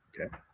Okay